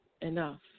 enough